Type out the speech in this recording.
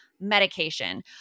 medication